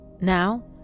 Now